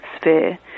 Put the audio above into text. sphere